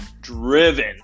driven